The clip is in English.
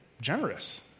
generous